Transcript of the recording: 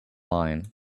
line